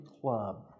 Club